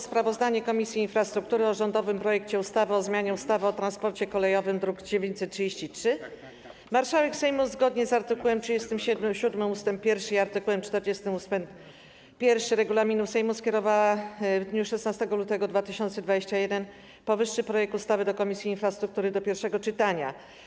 Sprawozdanie Komisji Infrastruktury o rządowym projekcie ustawy o zmianie ustawy o transporcie kolejowym, druk nr 933. Marszałek Sejmu, zgodnie z art. 37 ust. 1 i art. 40 ust. 1 regulaminu Sejmu, skierowała w dniu 16 lutego 2021 r. powyższy projekt ustawy do Komisji Infrastruktury do pierwszego czytania.